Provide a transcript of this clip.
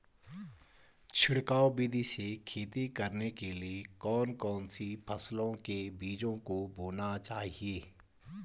छिड़काव विधि से खेती करने के लिए कौन कौन सी फसलों के बीजों को बोना चाहिए?